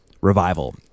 revival